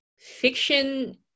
Fiction